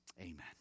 amen